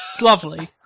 lovely